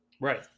Right